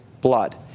blood